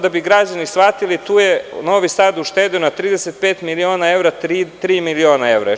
Da bi građani shvatili, tu je Novi Sad uštedeo na 35 miliona evra tri miliona evra.